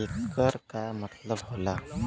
येकर का मतलब होला?